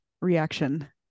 reaction